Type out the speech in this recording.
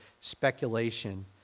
speculation